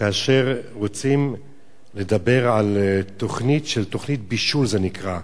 כאשר רוצים לדבר על תוכנית, תוכנית בישול זה נקרא.